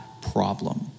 problem